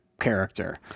character